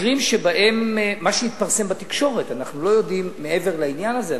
מקרים שבהם משהו התפרסם בתקשורת; אנחנו לא יודעים מעבר לעניין הזה,